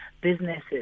businesses